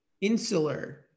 insular